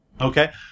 Okay